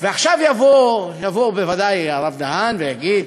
ועכשיו יבוא ודאי הרב בן-דהן ויגיד: